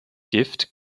gift